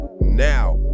now